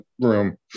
room